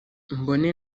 mbone